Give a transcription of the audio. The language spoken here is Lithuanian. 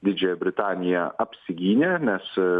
didžiąja britanija apsigynė nes